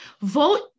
Vote